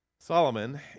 Solomon